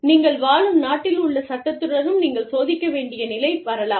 நீங்கள் வாழும் நாட்டில் உள்ள சட்டத்துடனும் நீங்கள் சோதிக்க வேண்டிய நிலை வரலாம்